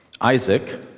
Isaac